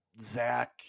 Zach